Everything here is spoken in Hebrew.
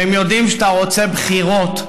והם יודעים שאתה רוצה בחירות,